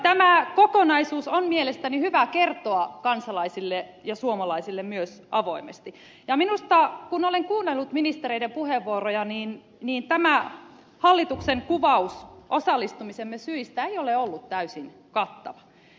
tämä kokonaisuus on mielestäni hyvä kertoa kansalaisille ja suomalaisille myös avoimesti ja minusta kun olen kuunnellut ministereiden puheenvuoroja niin tämä hallituksen kuvaus osallistumisemme syistä ei ole ollut täysin kattava